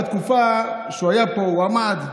בתקופה שהוא היה פה הוא עמד,